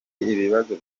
ibibazo